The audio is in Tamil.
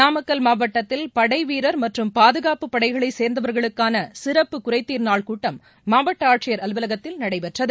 நாமக்கல் மாவட்டத்தில் பளட வீரர் மற்றும் பாதுகாப்புப் படைகளை சேர்ந்தவர்களுக்கான சிறப்பு குறைதீர் நாள் கூட்டம் மாவட்ட ஆட்சியர் அலுவலகத்தில் நடைபெற்றது